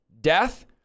Death